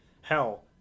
hell